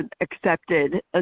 accepted